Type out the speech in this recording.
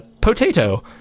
potato